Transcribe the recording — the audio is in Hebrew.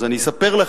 אז אספר לך: